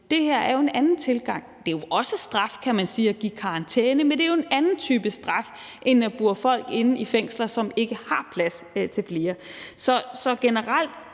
Det her er jo en anden tilgang. Det er jo også straf, kan man sige, at give karantæne, men det er en anden type straf end at bure folk inde i fængsler, som ikke har plads til flere. Vi var